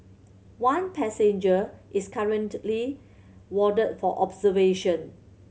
one passenger is currently warded for observation